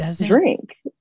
drink